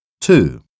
two